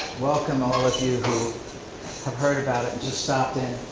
welcome all of you who have heard about it and just stopped in.